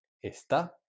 está